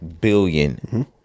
billion